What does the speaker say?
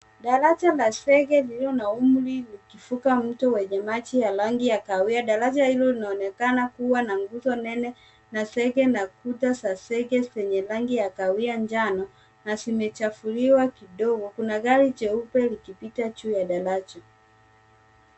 Daraja la zege lililo na umri ukivuka mto wenye rangi ya kahawia. Daraja hilo linaonekana kuwa na nguzo nene na zege na kuta za zege zenye rangi ya kahawia njano na zimechafuliwa kidogo. Kuna gari jeupe likipita juu ya daraja.